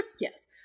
Yes